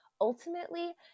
Ultimately